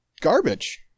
garbage